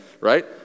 right